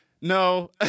No